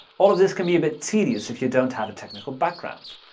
all of this can be a bit tedious if you don't have a technical background.